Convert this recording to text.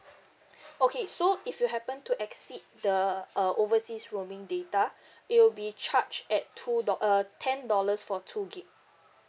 okay so if you happen to exceed the uh overseas roaming data it will be charged at two do~ uh ten dollars for two gigabyte